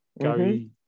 gary